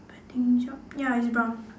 wedding shop ya it's brown